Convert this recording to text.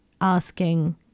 asking